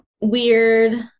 weird